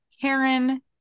Karen